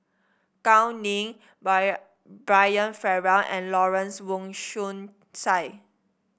Gao Ning Brian Farrell and Lawrence Wong Shyun Tsai